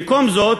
במקום זאת,